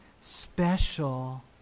special